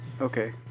Okay